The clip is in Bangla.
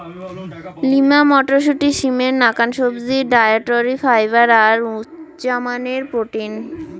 লিমা মটরশুঁটি, সিমের নাকান সবজি, ডায়েটরি ফাইবার আর উচামানের প্রোটিন